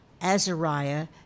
Azariah